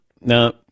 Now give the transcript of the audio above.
no